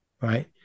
right